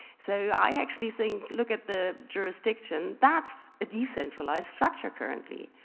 so i actually think, look at the jurisdiction, that's a decentralised structure currently.